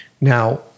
Now